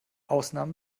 ausnahmen